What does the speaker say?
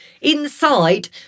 inside